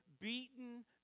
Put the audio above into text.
beaten